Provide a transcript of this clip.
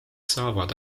saavad